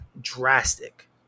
drastic